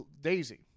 Daisy